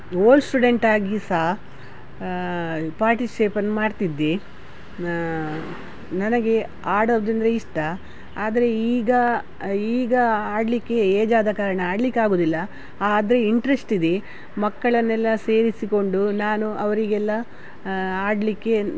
old ಸ್ಟೂಡೆಂಟಾಗಿ ಸಹ participation ಮಾಡ್ತಿದ್ದೆ ನನಗೆ ಆಡೋದಂದರೆ ಇಷ್ಟ ಆದರೆ ಈಗ ಈಗ ಆಡಲಿಕ್ಕೆ ಏಜಾದ ಕಾರಣ ಆಡ್ಲಿಕ್ಕಾಗುವುದಿಲ್ಲ ಆದರೆ ಇಂಟ್ರೆಸ್ಟಿದೆ ಮಕ್ಕಳನ್ನೆಲ್ಲ ಸೇರಿಸಿಕೊಂಡು ನಾನು ಅವರಿಗೆಲ್ಲ ಆಡಲಿಕ್ಕೆ